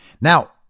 Now